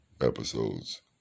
episodes